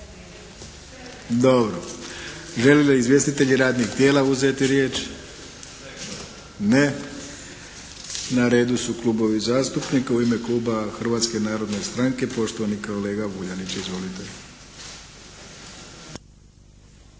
Žele li izvjestitelji radnih tijela uzeti riječ? Ne. Na redu su klubovi zastupnika. U ime kluba Hrvatske narodne stranke, poštovani kolega Vuljanić. Izvolite.